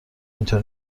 اینطور